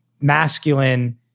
masculine